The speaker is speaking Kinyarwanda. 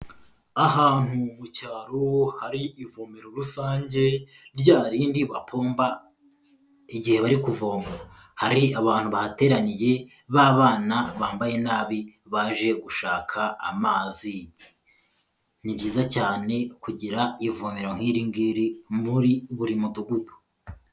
Ahantu mu cyaro hari ivomero rusange rya rindi bapomba igihe bari kuvoma, hari abantu bahateraniye b'abana bambaye nabi baje gushaka amazi. Ni byiza cyane kugira ivomero nk'iri ngiri muri buri mudugudu.